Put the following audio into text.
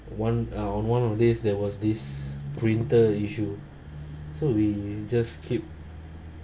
one uh one of this there was this printer issue so we just keep